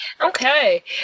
Okay